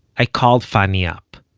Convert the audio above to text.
i called fanny up